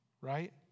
right